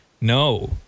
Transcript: No